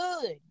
good